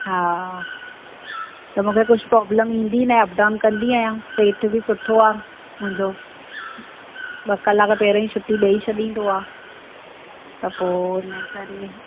हा त मूंखे कुझ प्रॉब्लेम ईंदी न अप डाउन कंदी आहियां सेठ बि सुठो आहे मुंहिंजो ॿ कलाक पहिरों ई छूटी ॾई छॾींदो आहे त पोइ हुनजे करे